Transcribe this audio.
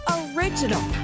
original